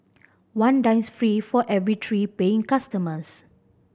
one dines free for every three paying customers